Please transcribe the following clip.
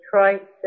Detroit